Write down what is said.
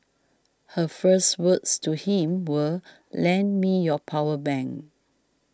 her first words to him were lend me your power bank